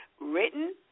written